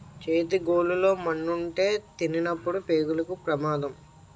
చేతి గోళ్లు లో మన్నుంటే తినినప్పుడు పేగులకు పెమాదం